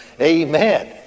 Amen